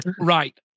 Right